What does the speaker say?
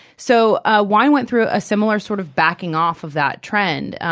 so ah wine went through a similar sort of backing off of that trend,